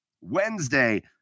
Wednesday